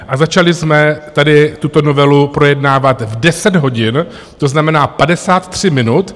A začali jsme tady tuto novelu projednávat v 10 hodin, to znamená 53 minut.